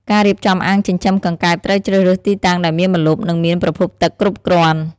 ការរៀបចំអាងចិញ្ចឹមកង្កែបត្រូវជ្រើសរើសទីតាំងដែលមានម្លប់ និងមានប្រភពទឹកគ្រប់គ្រាន់។